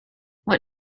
what